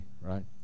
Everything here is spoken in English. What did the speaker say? right